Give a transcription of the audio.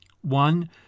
One